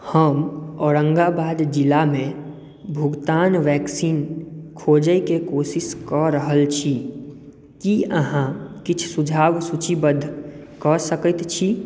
हम औरंगाबाद जिलामे भुगतान वैक्सीन खोजयके कोशिश कऽ रहल छी की अहाँ किछु सुझाव सूचीबद्ध कऽ सकैत छी